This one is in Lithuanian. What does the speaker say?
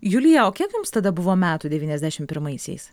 julija o kiek jums tada buvo metų devyniasdešim pirmaisiais